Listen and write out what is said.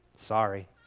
sorry